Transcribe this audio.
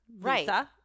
right